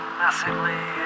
massively